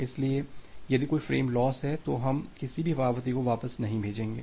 इसलिए यदि कोई फ्रेम लॉस है तो हम किसी भी पावती को वापस नहीं भेजेंगे